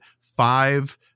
five